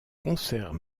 concert